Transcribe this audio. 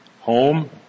Home